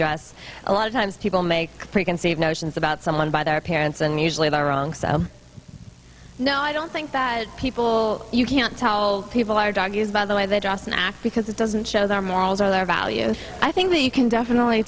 dress a lot of times people make preconceived notions about someone by their parents and usually they are wrong so no i don't think that people you can't tell people are drug use by the way they dress and because it doesn't show their morals or their value i think that you can definitely